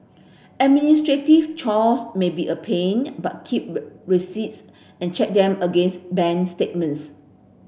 administrative chores may be a pain but keep receipts and check them against bank statements